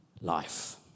life